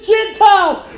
Gentiles